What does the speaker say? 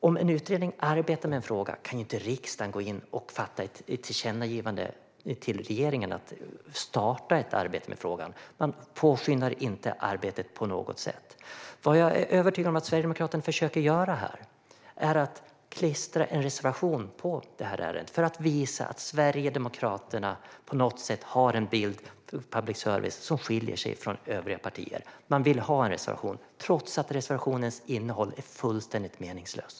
Om en utredning redan arbetar med en fråga kan ju inte riksdagen gå in och ge regeringen ett tillkännagivande om att starta ett arbete med frågan. Man påskyndar ju inte arbetet på något sätt. Vad jag är övertygad om att Sverigedemokraterna här försöker göra är att klistra en reservation på det här ärendet för att visa att Sverigedemokraterna har en bild av public service som skiljer sig från övriga partier. Man vill ha en reservation trots att reservationens innehåll är fullständigt meningslöst.